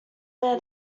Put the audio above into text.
where